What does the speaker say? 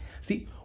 see